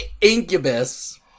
incubus